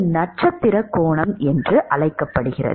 இது நட்சத்திரக் கோணம் எனப்படும்